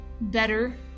better